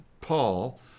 Paul